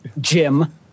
Jim